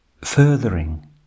furthering